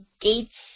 gates